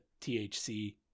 THC